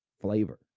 flavor